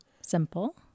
simple